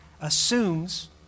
assumes